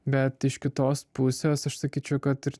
bet iš kitos pusės aš sakyčiau kad ir